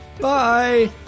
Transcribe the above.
Bye